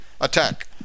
Attack